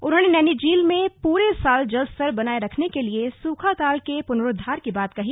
उन्होंने नैनीझील में पूरे साल जलस्तर बनाए रखने के लिए सूखाताल के पुनरुद्वार की बात कही